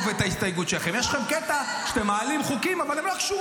אבל הוא לא חל